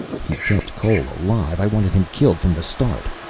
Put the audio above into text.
he kept cole alive! i wanted him killed from the start.